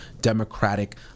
democratic